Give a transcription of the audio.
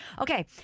Okay